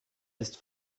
ist